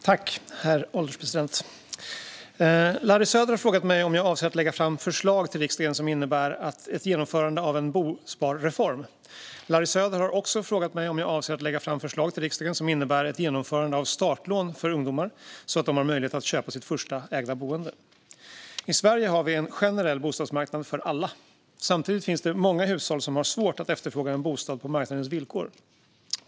Herr ålderspresident! Larry Söder har frågat mig om jag avser att lägga fram förslag till riksdagen som innebär ett genomförande av en bosparreform. Larry Söder har också frågat mig om jag avser att lägga fram förslag till riksdagen som innebär ett genomförande av startlån för ungdomar så att de har möjlighet att köpa sitt första ägda boende. I Sverige har vi en generell bostadsmarknad för alla. Samtidigt finns många hushåll som har svårt att efterfråga en bostad på marknadens villkor.